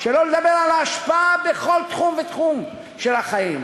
שלא לדבר על ההשפעה בכל תחום ותחום של החיים.